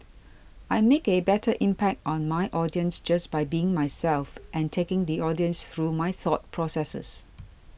I make a better impact on my audience just by being myself and taking the audience through my thought processes